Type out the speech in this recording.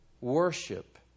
Worship